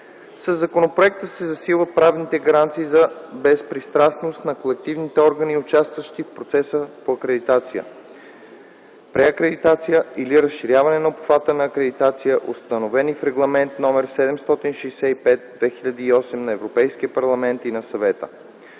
Със законопроекта се засилват правните гаранции за безпристрастност на колективните органи, участващи в процеса по акредитация, преакредитация или разширяване на обхвата на акредитация, установени в Регламент № 765/2008 на Европейския парламент и на Съвета.